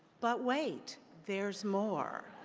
but wait, there's more.